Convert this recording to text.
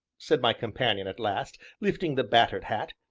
said my companion at last, lifting the battered hat,